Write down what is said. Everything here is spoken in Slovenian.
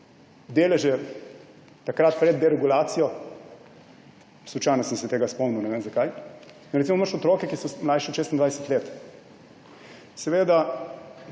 deleže takrat pred deregulacijo, slučajno sem se tega spomnil, ne vem, zakaj, in recimo imaš otroke, ki so mlajši od 26. let. Zakaj pa